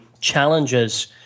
challenges